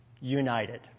united